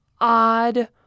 odd